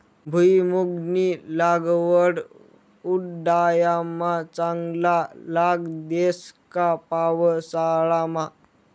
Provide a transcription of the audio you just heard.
भुईमुंगनी लागवड उंडायामा चांगला लाग देस का पावसाळामा